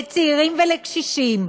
הצעירים והקשישים,